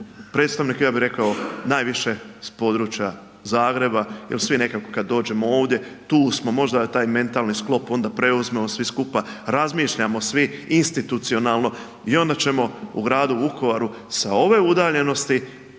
predstavnike ja bih rekao najviše s područja Zagreba jel svi nekako kada dođemo ovdje tu smo, možda taj mentalni sklop onda preuzmemo svi skupa, razmišljamo svi institucionalno i onda ćemo o gradu Vukovaru sa ove udaljenosti